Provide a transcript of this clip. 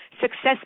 success